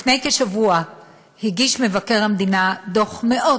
לפני כשבוע הגיש מבקר המדינה דוח מאוד